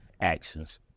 actions